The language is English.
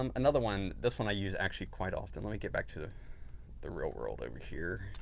um another one, this one i use actually quite often. let me get back to the real world over here.